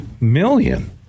million